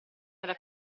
era